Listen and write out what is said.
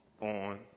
on